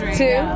two